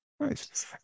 Nice